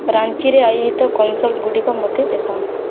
ରାଞ୍ଚିରେ ଆୟୋଜିତ କନସଳ୍ଟଗୁଡ଼ିକ ମୋତେ ଦେଖାଅ